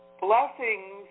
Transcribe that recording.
blessings